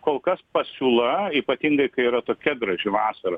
kol kas pasiūla ypatingai kai yra tokia graži vasara